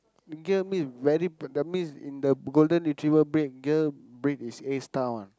girl means that means in the golden retriever breed girl breed is A-star one